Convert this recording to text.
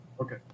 Okay